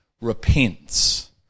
repents